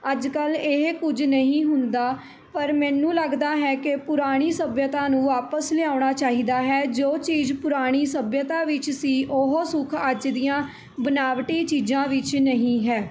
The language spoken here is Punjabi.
ਅੱਜ ਕੱਲ੍ਹ ਇਹ ਕੁਝ ਨਹੀਂ ਹੁੰਦਾ ਪਰ ਮੈਨੂੰ ਲੱਗਦਾ ਹੈ ਕਿ ਪੁਰਾਣੀ ਸੱਭਿਅਤਾ ਨੂੰ ਵਾਪਸ ਲਿਆਉਣਾ ਚਾਹੀਦਾ ਹੈ ਜੋ ਚੀਜ਼ ਪੁਰਾਣੀ ਸੱਭਿਅਤਾ ਵਿੱਚ ਸੀ ਉਹ ਸੁੱਖ ਅੱਜ ਦੀਆਂ ਬਣਾਵਟੀ ਚੀਜ਼ਾਂ ਵਿੱਚ ਨਹੀਂ ਹੈ